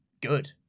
good